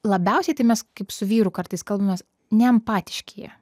labiausiai tai mes kaip su vyru kartais kalbamės neempatiški jie